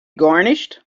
garnished